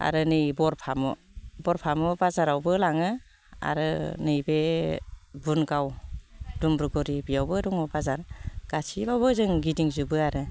आरो नै बर फामु बर फामु बाजारावबो लाङो आरो नैबे बुनगाव दुम्ब्रुगुरि बेयावबो दङ बाजार गासियावबो जों गिदिंजोबो आरो